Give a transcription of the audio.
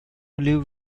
live